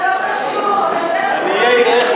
עניי עירך